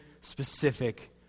specific